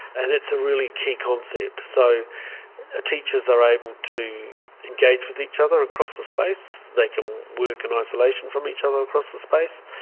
and it's a really key concept. so ah teachers are able to engage with each other across the space, they can work in isolation from each other across the space.